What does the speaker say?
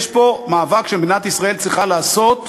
יש פה מאבק שמדינת ישראל צריכה לעשות,